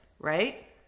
right